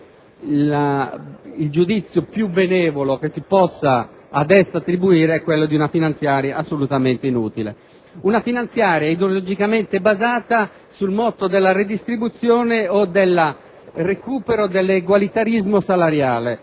Il giudizio più benevolo che si possa attribuire alla finanziaria varata da questo Governo è quello di una finanziaria assolutamente inutile. Una finanziaria ideologicamente basata sul motto della redistribuzione o del recupero dell'egualitarismo salariale.